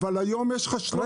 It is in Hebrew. אבל היום יש לך 3,000 עובדים.